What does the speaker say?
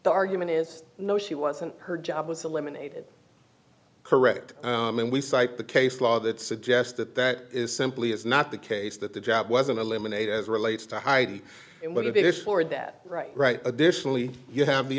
the argument is no she wasn't her job was eliminated correct and we cite the case law that suggests that that is simply is not the case that the job wasn't eliminated as relates to heidi but it is forward that right right additionally you have the